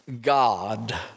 God